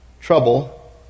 trouble